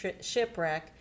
shipwreck